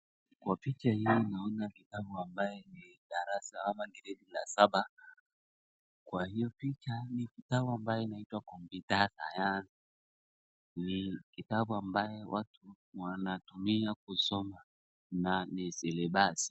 Kwa picha hii naona kitabu ambacho ni darasa ama gredi ya saba, kwa hiyo picha ni kitabu ambayo inaitwa computer science , ni kitabu ambayo watu wanatumia kusoma na ni silabasi.